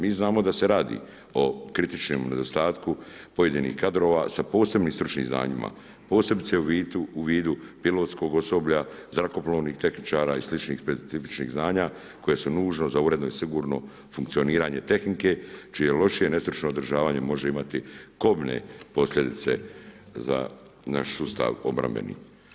Mi znamo da se radi o kritičnom nedostatku pojedinih kadrova sa posebnim stručnim znanjima, posebice u vidu pilotskog osoblja, zrakoplovnih tehničara i sličnih specifičnih znanja koja su nužna za uredno i sigurno funkcioniranje tehnike čije lošije nestručno održavanje može imati kobne posljedice za naš sustav obrambeni.